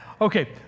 okay